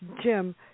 Jim